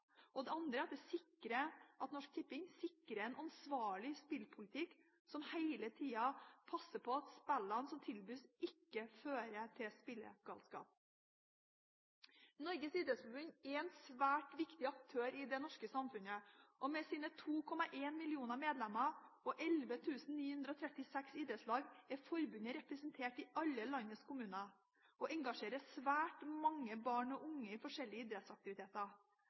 en ansvarlig spillpolitikk som hele tiden passer på at spillene som tilbys, ikke fører til spillegalskap Norges idrettsforbund er en svært viktig aktør i det norske samfunnet. Med sine 2,1 millioner medlemmer og 11 936 idrettslag er forbundet representert i alle landets kommuner og engasjerer svært mange barn og unge i forskjellige idrettsaktiviteter.